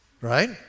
right